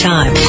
Time